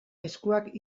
eskuak